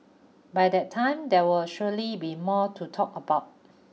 by that time there will surely be more to talk about